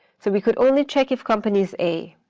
so we could only check if company is a,